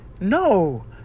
No